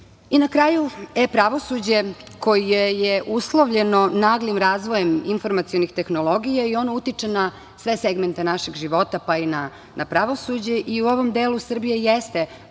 kraju, e-pravosuđe koje je uslovljeno naglim razvojem informacionih tehnologija i ono utiče na sve segmente našeg života, pa i na pravosuđe. I u ovom delu Srbija jeste